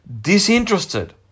disinterested